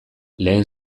lehen